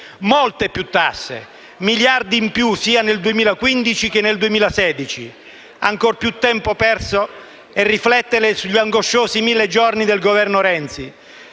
molte più tasse, miliardi in più, sia nel 2015 che nel 2016. Ancor più tempo perso è riflettere sugli angosciosi 1.000 giorni del Governo Renzi,